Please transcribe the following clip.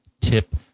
tip